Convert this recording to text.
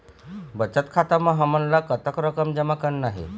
बचत खाता म हमन ला कतक रकम जमा करना हे?